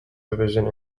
division